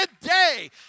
today